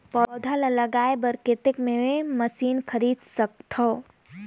पौधा ल जगाय बर कतेक मे मशीन खरीद सकथव?